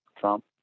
Trump